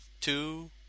Two